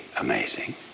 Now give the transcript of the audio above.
amazing